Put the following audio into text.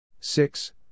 six